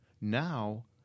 Now